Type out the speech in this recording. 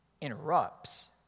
interrupts